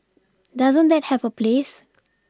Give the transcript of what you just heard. doesn't that have a place